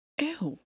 Ew